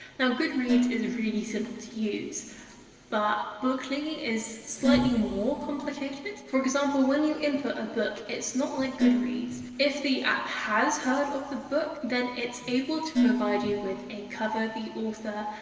now goodreads is really simple to use but bookly is slightly more complicated. for example, when you input a book, it's not like goodreads. if the app has heard of the book then it's able to provide you with a cover, the author,